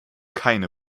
keine